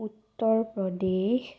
Uttar Pradesh